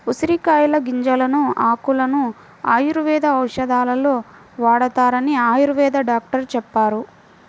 ఉసిరికాయల గింజలను, ఆకులను ఆయుర్వేద ఔషధాలలో వాడతారని ఆయుర్వేద డాక్టరు చెప్పారు